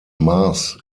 mars